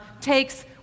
Takes